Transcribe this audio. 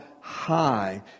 high